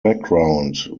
background